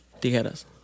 Tijeras